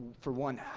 for one,